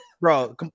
bro